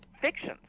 fictions